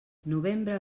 novembre